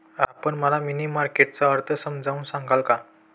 आपण मला money market चा अर्थ समजावून सांगाल का?